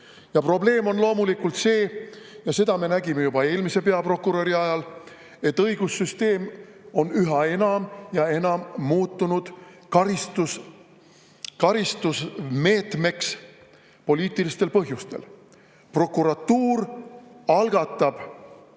probleem on loomulikult ka see – seda me nägime juba eelmise peaprokuröri ajal –, et õigussüsteem on üha enam ja enam muutunud karistusmeetmeks poliitilistel põhjustel. Prokuratuur algatab